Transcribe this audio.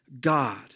God